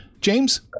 James